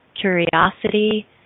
curiosity